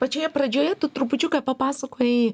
pačioje pradžioje tu trupučiuką papasakojai